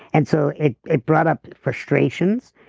and so it it brought up frustrations,